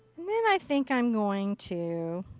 and then i think i'm going to.